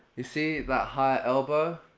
you see that high elbow?